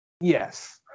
Yes